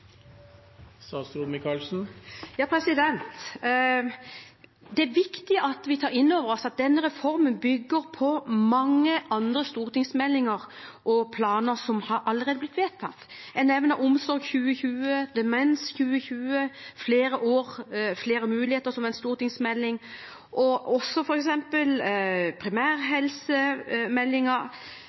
viktig at vi tar inn over oss at denne reformen bygger på mange andre stortingsmeldinger og planer som allerede har blitt vedtatt. Jeg nevner Omsorg 2020, Demensplan 2020, Flere år – flere muligheter, og også f.eks. primærhelsemeldingen og handlingsplanen som kommer om allmennlegetjeneste. Det ligger en